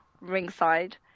ringside